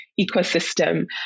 ecosystem